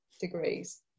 degrees